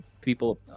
people